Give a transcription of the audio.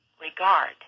Regard